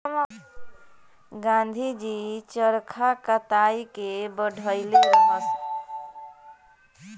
गाँधी जी चरखा कताई के बढ़इले रहस